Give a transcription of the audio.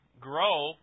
grow